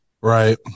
Right